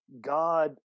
God